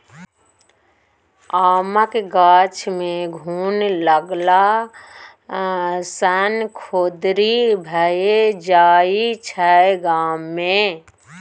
आमक गाछ मे घुन लागला सँ खोदरि भए जाइ छै गाछ मे